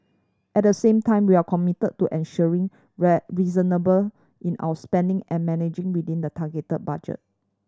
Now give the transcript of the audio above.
at the same time we are committed to ensuring reasonable in our spending and managing within the target budget